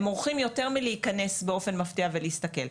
הם עורכים יותר מלהיכנס באופן מפתיע ולהסתכל.